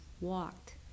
walked